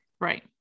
Right